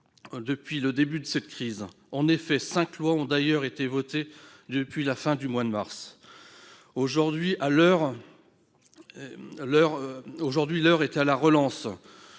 depuis le début de la crise. En effet, cinq lois ont été votées depuis la fin du mois de mars. Aujourd'hui, l'heure est à la relance.